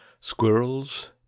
squirrels